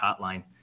Hotline